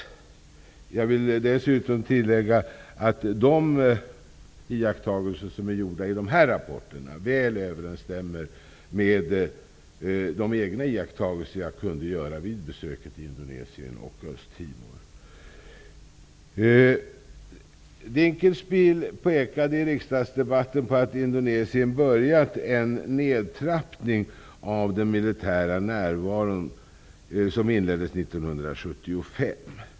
Dessutom vill jag tillägga att iakttagelserna i dessa rapporter väl överensstämmer med mina egna iakttagelser från besök i Indonesien och Östtimor. Ulf Dinkelspiel pekade i riksdagsdebatten på att Indonesien påbörjat en nedtrappning av ''den militära närvaro som inleddes 1975''.